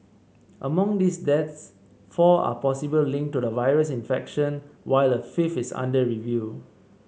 among these deaths four are possible linked to the virus infection while a fifth is under review